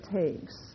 takes